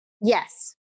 Yes